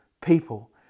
people